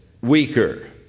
weaker